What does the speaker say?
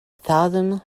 thousand